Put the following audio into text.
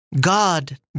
God